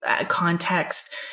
context